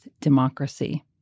democracy